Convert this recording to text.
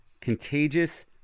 Contagious